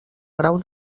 grau